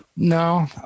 No